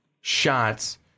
shots